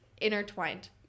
intertwined